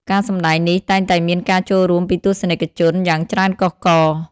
ការសម្តែងនេះតែងតែមានការចូលរួមពីទស្សនិកជនយ៉ាងច្រើនកុះករ។